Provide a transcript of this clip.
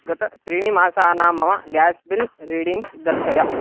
गतत्रीणिमासानां मम gas bill readings दर्शय